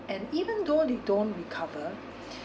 and even though they don't recover